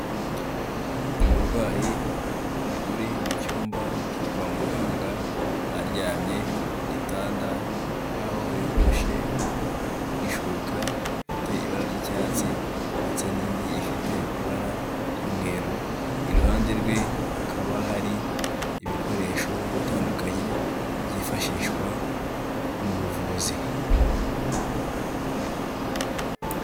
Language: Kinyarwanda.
Umurwayi uri mu cyumba cyo kwa muganga, aryamye ku gitanda aho yoroshe ishuka ifite ibara ry'icyatsi ndetse n'indi ifite ibara ry'umweru, iruhande rwe hakaba hari ibikoresho bitandukanye byifashishwa mu buvuzi.